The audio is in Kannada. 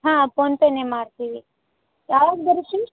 ಹಾಂ ಫೋನ್ಪೇನೇ ಮಾಡ್ತೀವಿ ಯಾವಾಗ ಬರತ್ತೆ ರೀ